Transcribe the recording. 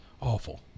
awful